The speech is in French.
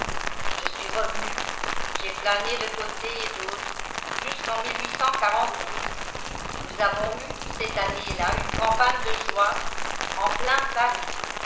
je suis revenu j'ai flâné de côté et d'autre jusqu'en nous avons eu cette année-là une campagne de juin en plein paris